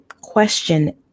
question